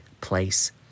place